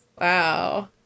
wow